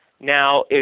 Now